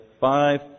five